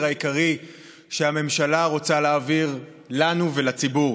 העיקרי שהממשלה רוצה להעביר לנו ולציבור: